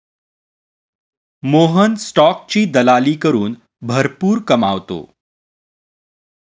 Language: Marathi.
मोहन स्टॉकची दलाली करून भरपूर कमावतो